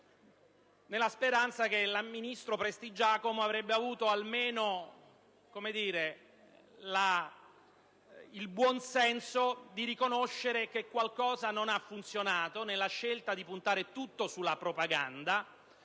mi auguravo che la ministro Prestigiacomo avrebbe avuto almeno il buon senso di riconoscere che qualcosa non ha funzionato nella scelta di puntare tutto sulla propaganda